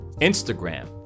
Instagram